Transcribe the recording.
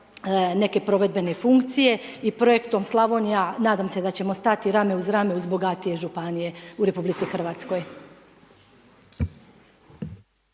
neke provedbene funkcije i Projektom Slavonija, nadam se da ćemo stati rame uz rame uz bogatije županije u RH.